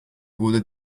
wurde